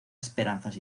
esperanzas